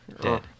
dead